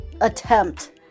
attempt